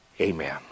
Amen